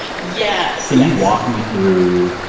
yes can you walk me through,